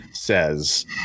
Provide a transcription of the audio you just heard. Says